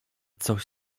coś